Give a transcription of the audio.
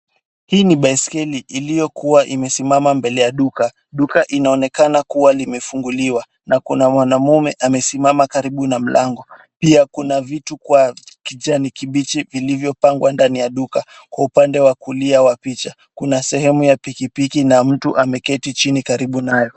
Hii ni baiskeli iliyokuwa imesimama mbele ya duka. Duka inaonekana kuwa limefunguliwa na kuna mwanamume amesimama karibu na mlango. Pia kuna vitu kwa kijani kibichi vilivyopangwa ndani ya duka. Kwa upande wa kulia wa picha, kuna sehemu ya pikipiki na mtu ameketi chini karibu nayo.